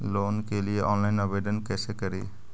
Loan के लिये online आवेदन कैसे करि?